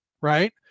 right